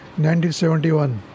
1971